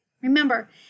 Remember